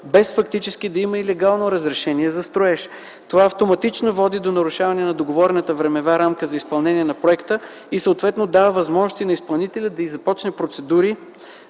без фактически да има легално разрешение за строеж. Това автоматично води до нарушаване на договорената времева рамка за изпълнение на проекта и съответно дава възможност на изпълнителя да започне процедури